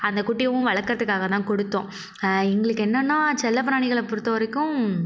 அந்த குட்டியவும் வளர்க்குறத்துக்காகதான் கொடுத்தோம் எங்களுக்கு என்னான்னா செல்ல பிராணிகளை பொருத்த வரைக்கும்